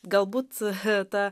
galbūt he ta